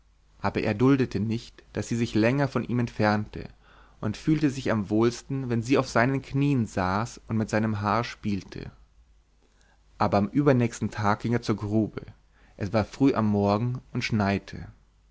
aber er duldete nicht daß sie sich länger von ihm entfernte und fühlte sich am wohlsten wenn sie auf seinen knien saß und mit seinem haar spielte aber am übernächsten tag ging er zur grube es war früh am morgen und schneite